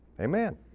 Amen